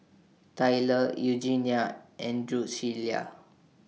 Tylor Eugenia and Drucilla